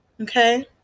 okay